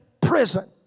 prison